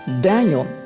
Daniel